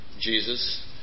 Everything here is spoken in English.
Jesus